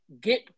Get